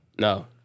No